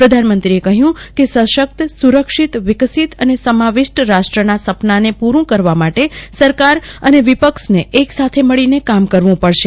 પ્રધાનમંત્રીએ કહ્યું કે સશક્ત સુરક્ષિત વિકસીત અને સમાવિષ્ટ રાષ્ટ્રના સપનાને પુરું કરવા માટે સરકાર અને વિપક્ષને એક સાથે મળીને કામ કરવું પડશે